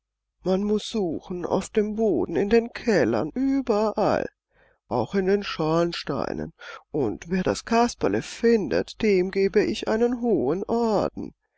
man muß suchen auf dem boden in den kellern überall auch in den schornsteinen und wer das kasperle findet dem gebe ich einen hohen orden